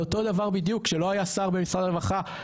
על אותו דבר בדיוק שלא היה שר במשרד הרווחה,